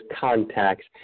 contacts